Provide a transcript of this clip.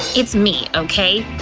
it's me, okay!